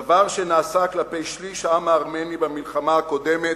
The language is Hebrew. דבר שנעשה כלפי שליש העם הארמני במלחמה הקודמת"